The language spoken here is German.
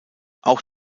auch